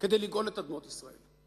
כדי לגאול את אדמות ישראל.